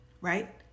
right